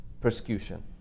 persecution